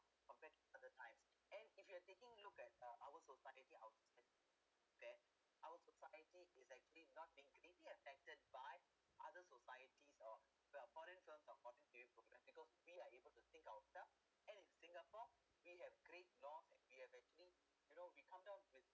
compared to other times and if you are taking a you look at uh our society our society okay our society is actually being really affected by other societies or well foreign films or foreign T_V programmes we are able to think ourselves and in singapore we have great north and we have actually you know we come down with